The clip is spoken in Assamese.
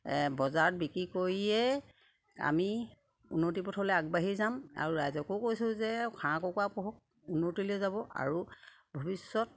বজাৰত বিক্ৰী কৰিয়ে আমি উন্নতি পথলে আগবাঢ়ি যাম আৰু ৰাইজকো কৈছোঁ যে হাঁহ কুকুৰা পোহক উন্নতিলে যাব আৰু ভৱিষ্যত